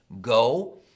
go